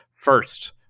First